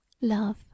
Love